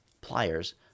pliers